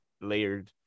layered